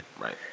Right